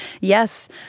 Yes